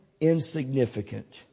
insignificant